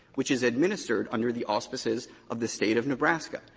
which is administered under the auspices of the state of nebraska.